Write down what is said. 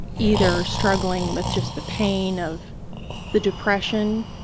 either struggling with just the pain of the depression